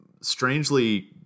strangely